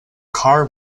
car